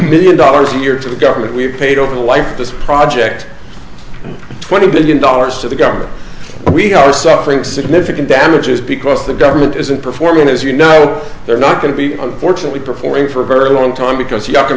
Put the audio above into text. million dollars a year to the government we've paid over the life of this project twenty billion dollars to the government we are suffering significant damages because the government isn't performing as you know they're not going to be unfortunately performing for a very long time because y